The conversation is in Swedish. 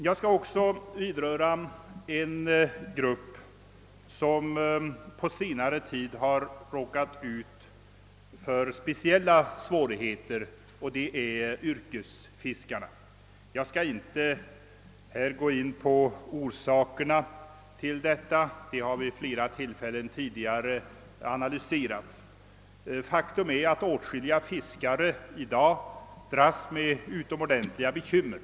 Jag skall också beröra en grupp som på senare tid råkat ut för speciella svårigheter, nämligen yrkesfiskarna. Jag skall inte gå in på orsakerna till detta; de har vid flera tillfällen tidigare blivit analyserade. Faktum är dock att åtskilliga fiskare i dag dras med utomordentligt stora bekymmer.